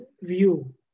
view